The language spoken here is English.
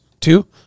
Two